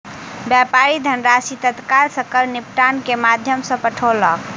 व्यापारी धनराशि तत्काल सकल निपटान के माध्यम सॅ पठौलक